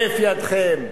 הרף ידכם,